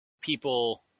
people